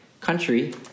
country